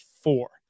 four